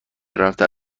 رفتن